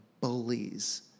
bullies